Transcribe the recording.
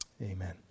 Amen